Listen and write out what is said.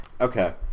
Okay